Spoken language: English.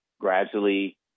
gradually –